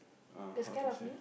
uh how to say